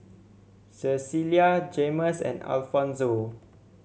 Cecilia Jaymes and Alfonso